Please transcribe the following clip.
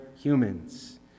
humans